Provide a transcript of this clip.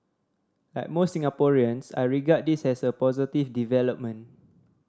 like most Singaporeans I regard this as a positive development